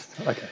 Okay